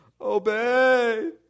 obey